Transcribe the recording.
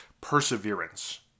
perseverance